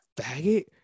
faggot